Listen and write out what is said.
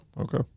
Okay